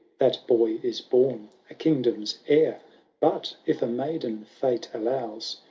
that boy is bom a kingdom s heir but, if a maiden fate allows,